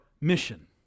mission